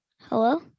Hello